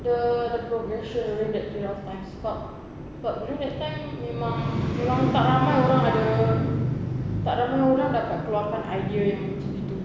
the the progression during that period of times sebab sebab during that time memang memang tak ramai orang ada tak ramai orang dapat keluarkan idea macam gitu